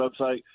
website